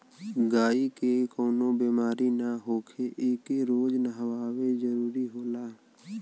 गायी के कवनो बेमारी ना होखे एके रोज नहवावे जरुरत होला